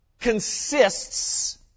consists